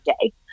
day